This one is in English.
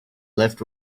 lift